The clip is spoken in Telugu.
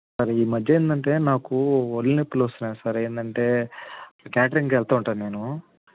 సార్ ఈ మధ్య ఏందంటే నాకు ఒళ్ళు నొప్పులొస్తున్నాయి సార్ ఏంటంటే క్యాటరింగ్కి వెళ్తూ ఉంటాను నేను